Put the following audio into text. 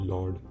Lord